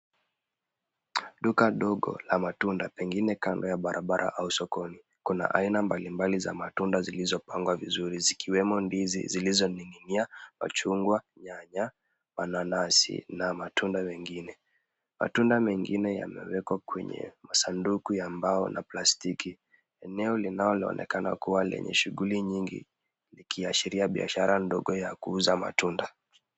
Duka dogo la matunda pengine kando ya barabara au sokoni. Kuna aina mbalimbali za matunda zilizopangwa vizuri zikiwemo ndizi zilizoning'inia, machungwa, nyanya, mananasi na matunda mengine. Matunda mengine yamewekwa kwenye masanduku ya mbao na plastiki. Eneo linaloonekana kuwa lenye shughuli nyingi likiashiria biashara ndogo ya kuuza matunda.